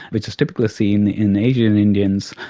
which is typically seen in asian indians,